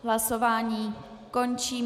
Hlasování končím.